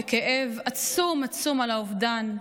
בכאב עצום עצום על האובדן,